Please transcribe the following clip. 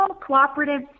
cooperative